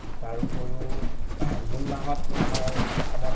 তাৰ উপৰিও জুন মাহত আমাৰ অসমত